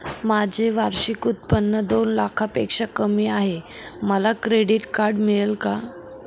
माझे वार्षिक उत्त्पन्न दोन लाखांपेक्षा कमी आहे, मला क्रेडिट कार्ड मिळेल का?